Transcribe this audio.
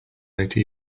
late